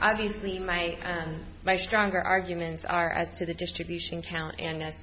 obviously my my stronger arguments are as to the distribution count and